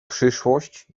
przyszłość